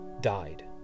died